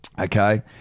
Okay